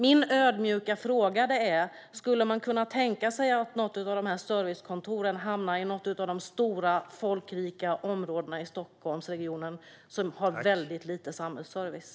Min ödmjuka fråga är: Kan man tänka sig att något av dessa servicekontor hamnar i ett av de stora folkrika områden i Stockholmsregionen som har dåligt med samhällsservice?